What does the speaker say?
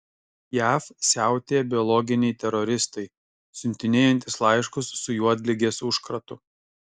jav siautėja biologiniai teroristai siuntinėjantys laiškus su juodligės užkratu